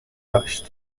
داشت